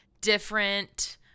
different